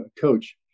coach